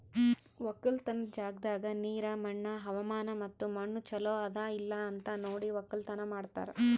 ಒಕ್ಕಲತನದ್ ಜಾಗದಾಗ್ ನೀರ, ಮಣ್ಣ, ಹವಾಮಾನ ಮತ್ತ ಮಣ್ಣ ಚಲೋ ಅದಾ ಇಲ್ಲಾ ಅಂತ್ ನೋಡಿ ಒಕ್ಕಲತನ ಮಾಡ್ತಾರ್